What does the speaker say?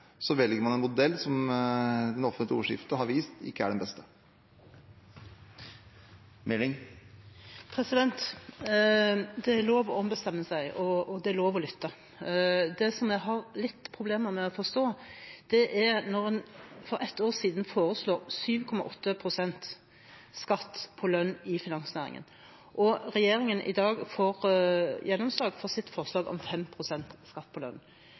så entydige om at den modellen som har blitt valgt, ikke er den beste, er det klokt å lytte. Mitt inntrykk er at Høyre egentlig også mener det samme, men på grunn av frykten for EØS velger man en modell som det offentlige ordskiftet har vist ikke er den beste. Det er lov å ombestemme seg, og det er lov å lytte. Det som jeg har litt problemer med å forstå, er: Når en for ett